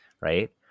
right